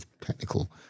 technical